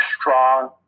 strong